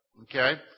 Okay